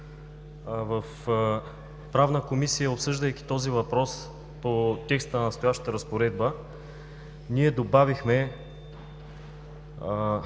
В Правната комисия, обсъждайки въпроса по текста на настоящата разпоредба, добавихме